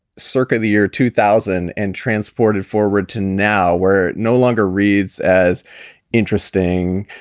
circa the year two thousand and transported forward to now, where no longer reads as interesting